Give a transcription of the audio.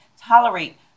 tolerate